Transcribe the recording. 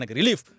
relief